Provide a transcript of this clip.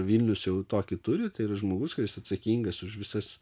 vilnius jau tokį turi tai yra žmogus kuris atsakingas už visas